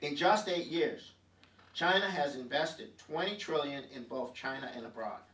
in just eight years china has invested twenty trillion in both china and abroad